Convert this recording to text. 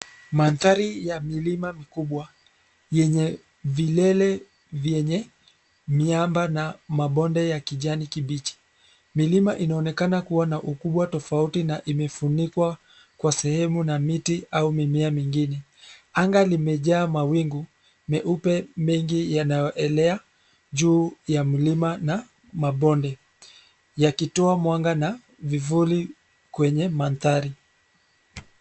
Mandhari ya milima mikubwa, yenye, vilele, vyenye, miamba na, mabonde ya kijani kibichi, milima inaonekana kuwa na ukubwa tofauti na imefunikwa, kwa sehemu na miti au mimea mingine, anga limejaa mawingu, meupe mengi yanayoelea, juu, ya mlima na, mabonde, yakitoa mwanga na, vivuli, kwenye mandhari.